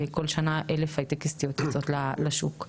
כל שנה 1000 הייטקיסטיות יוצאות לשוק.